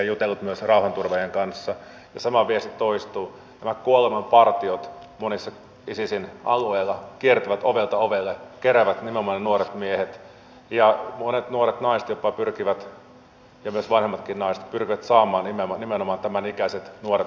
kun tässä tämä puhujalista eteni vauhdikkaasti niin en ajatellut pitkittää mutta mielelläni käytän tästä tärkeästä asiasta puheenvuoron kuitenkin lyhyesti ja totean että minusta tässä ansiokkaasti tämän debattivaiheen aikana nousi esiin tämä kuntien uusi rooli